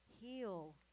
heal